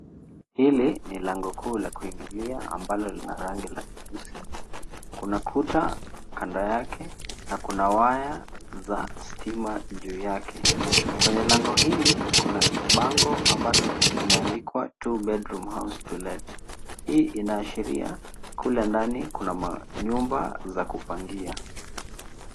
Hili ni lango kuu la lakuingilia ambalo lina rangi ya kijivu kuna kuta kando yake na kuna waya za stima juu yake . kwenye lango hili kuna bango ambalo limeandikwa two bedroom house to let Hii inaashiria kulendani kuna manyumba za kupangia.